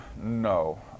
no